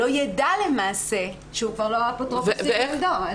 הוא לא יידע שהוא כבר לא האפוטרופוס על ילדו.